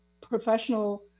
professional